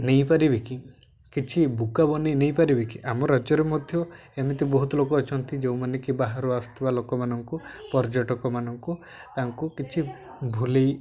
ନେଇପାରିବେ କି କିଛି ବୁକା ବନେଇ ନେଇପାରିବେ କି ଆମ ରାଜ୍ୟରେ ମଧ୍ୟ ଏମିତି ବହୁତ ଲୋକ ଅଛନ୍ତି ଯେଉଁମାନେ କି ବାହାରୁ ଆସୁଥିବା ଲୋକମାନଙ୍କୁ ପର୍ଯ୍ୟଟକ ମାନଙ୍କୁ ତାଙ୍କୁ କିଛି ଭୁଲେଇ